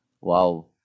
Wow